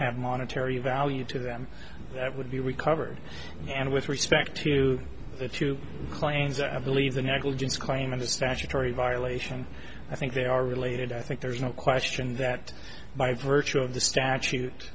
have monetary value to them that would be recovered and with respect to the two claims i believe the negligence claim under statutory violation i think they are related i think there's no question that by virtue of the statute